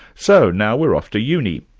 so now we're off to uni.